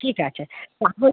ঠিক আছে তাহলে